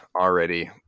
already